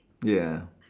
ya